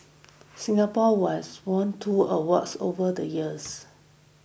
Singapore was won two awards over the years